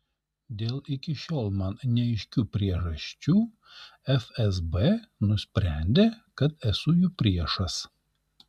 dėl iki šiol man neaiškių priežasčių fsb nusprendė kad esu jų priešas